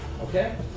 okay